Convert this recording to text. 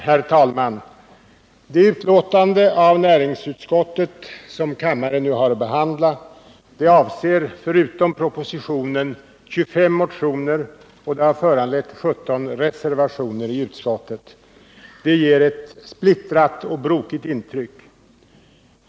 Herr talman! Det betänkande av näringsutskottet som kammaren nu behandlar avser förutom propositionen 25 motioner, och det har föranlett 17 reservationer i utskottet. Detta ger ett splittrat och brokigt intryck.